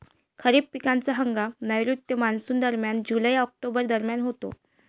खरीप पिकांचा हंगाम नैऋत्य मॉन्सूनदरम्यान जुलै ऑक्टोबर दरम्यान होतो